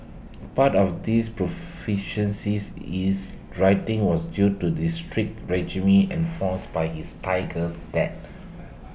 part of this proficiencies is writing was due to the strict regime enforced by his tigers dad